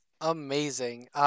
Amazing